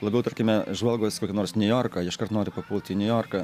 labiau tarkime žvalgos į kokį nors niujorką jie iškart nori papult į niujorką